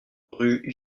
rue